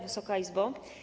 Wysoka Izbo!